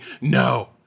no